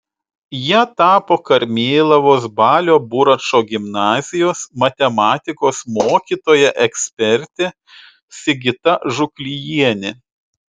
ja tapo karmėlavos balio buračo gimnazijos matematikos mokytoja ekspertė sigita žuklijienė